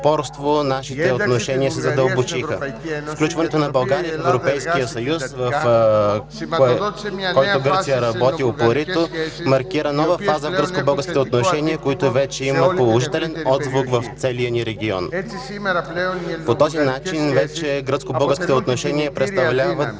нашите отношения се задълбочиха. Включването на България в Европейския съюз, за което Гърция работи упорито, маркира нова фаза в гръцко-българските отношения, които вече имат положителен отзвук в целия ни регион. По този начин вече гръцко-българските отношения представляват